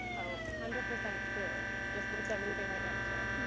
oh hundred percent true just looked at moving right next to it